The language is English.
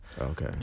okay